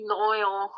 loyal